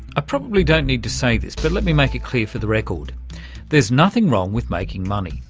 ah probably don't need to say this, but let me make it clear for the record there's nothing wrong with making money.